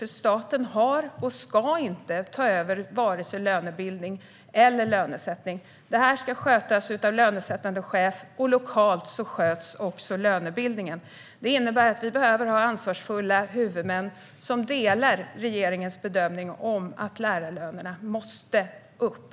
För staten ska inte ta över vare sig lönebildning eller lönesättning. Detta ska skötas av lönesättande chef. Lokalt sköts också lönebildningen. Det innebär att vi behöver ha ansvarsfulla huvudmän som delar regeringens bedömning att lärarlönerna måste upp.